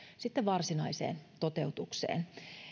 sitten varsinaiseen toteutukseen